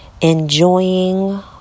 enjoying